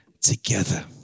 together